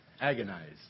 agonize